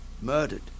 Murdered